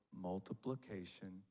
multiplication